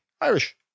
Irish